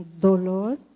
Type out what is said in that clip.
dolor